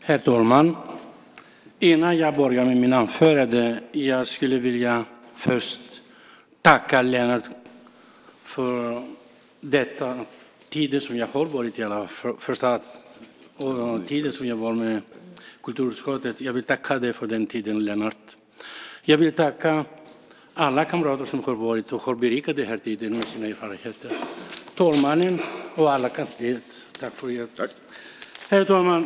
Herr talman! Innan jag börjar mitt anförande vill jag tacka Lennart för den tid jag varit i kulturutskottet. Jag vill tacka alla kamrater som har berikat den här tiden med sina erfarenheter. Tack också till talmannen och kansliet! Herr talman!